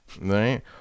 right